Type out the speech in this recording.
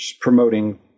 promoting